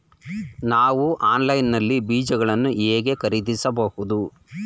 ನಾವು ಆನ್ಲೈನ್ ನಲ್ಲಿ ಬೀಜಗಳನ್ನು ಹೇಗೆ ಖರೀದಿಸಬಹುದು?